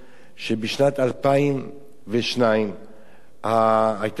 שבשנת 2002 היתה הצעה,